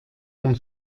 von